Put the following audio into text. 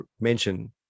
mention